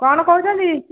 କ'ଣ କହୁଛନ୍ତି